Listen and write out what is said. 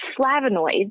flavonoids